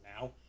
now